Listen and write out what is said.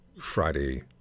Friday